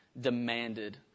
demanded